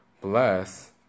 bless